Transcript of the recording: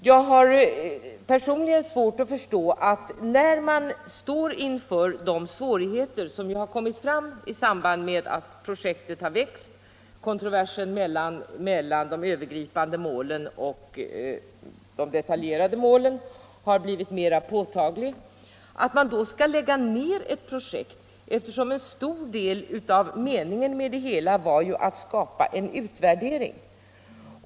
Jag har personligen svårt att förstå att man lägger ned ett projekt när man står inför de svårigheter som uppkommit i samband med att projektet vuxit och kontroversen mellan de övergripande och de detaljerade målen blivit mer påtaglig; en stor del av meningen med det hela var ju att skapa en utvärdering!